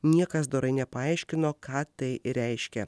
niekas dorai nepaaiškino ką tai reiškia